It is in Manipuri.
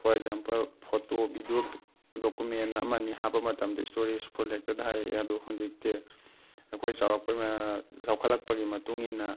four example photo video document ꯑꯃ ꯑꯅꯤ ꯍꯥꯞꯄ ꯃꯇꯝꯗ ꯏꯁꯇꯣꯔꯦꯖ ꯐꯨꯜ ꯍꯦꯛꯇ ꯊꯥꯔꯛꯏ ꯑꯗꯣ ꯍꯧꯖꯤꯛꯇꯤ ꯑꯩꯈꯣꯏ ꯆꯧꯔꯥꯛꯄꯩ ꯆꯥꯊꯈꯠꯂꯛꯄꯒꯤ ꯃꯇꯨꯡꯏꯟꯅ